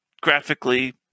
graphically